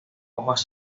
hojas